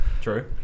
True